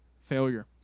failure